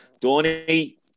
Donny